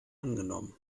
angenommen